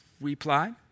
replied